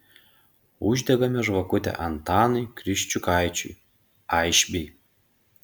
uždegame žvakutę antanui kriščiukaičiui aišbei